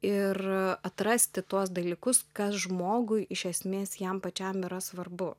ir atrasti tuos dalykus kas žmogui iš esmės jam pačiam yra svarbu